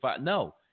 No